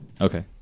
Okay